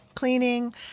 Cleaning